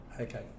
Okay